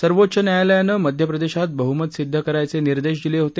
सर्वोच्च न्यायालयानं मध्य प्रदेशात बहुमत सिद्ध करायचे निर्देश दिले होते